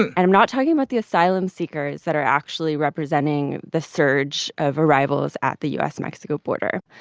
and and i'm not talking about the asylum-seekers that are actually representing the surge of arrivals at the u s mexico border.